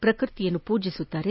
ಪ್ರಕೃತಿಯನ್ನು ಪೂಜಿಸುತ್ತಾರೆ